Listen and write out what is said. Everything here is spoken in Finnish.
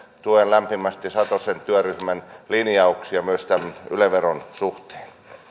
tuen lämpimästi satosen työryhmän linjauksia myös tämän yle veron suhteen